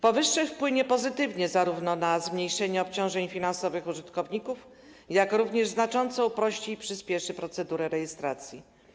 Powyższe zarówno pozytywnie wpłynie na zmniejszenie obciążeń finansowych użytkowników, jak i znacząco uprości i przyspieszy procedurę rejestracji.